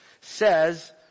says